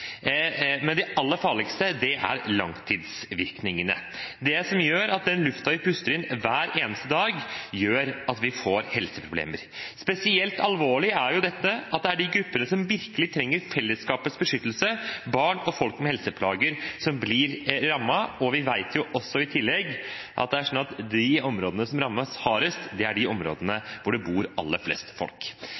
men det aller farligste er langtidsvirkningene – det som gjør at den luften vi puster inn hver eneste dag, gjør at vi får helseproblemer. Spesielt alvorlig er det jo at det er de gruppene som virkelig trenger fellesskapets beskyttelse – barn og folk med helseplager – som blir rammet, og vi vet i tillegg at det er sånn at de områdene som rammes hardest, er de områdene hvor det bor aller flest folk.